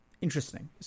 Interesting